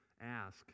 Ask